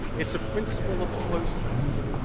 it's a principle of closeness.